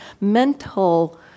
mental